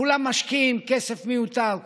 כולם משקיעים כסף מיותר,